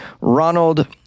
Ronald